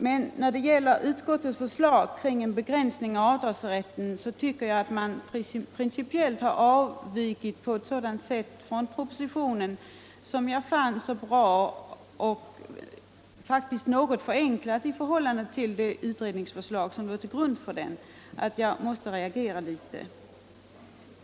Men när det gäller utskottets förslag kring en begränsning av avdragsrätten tycker jag att man principiellt har avvikit på ett sådant sätt från propositionens förslag — som jag har funnit bra och faktiskt något förenklat i förhållande till det utredningsförslag som legat till grund för propositionen — att jag måste reagera något.